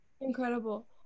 incredible